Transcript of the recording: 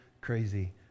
crazy